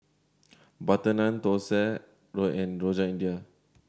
butter naan thosai and Rojak India